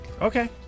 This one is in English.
Okay